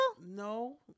No